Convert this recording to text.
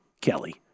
Kelly